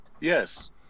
Yes